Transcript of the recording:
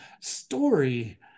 story